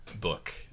book